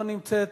לא נמצאת,